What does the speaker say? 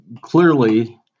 clearly